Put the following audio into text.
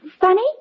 Funny